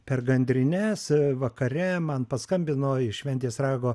per gandrines vakare man paskambino iš ventės rago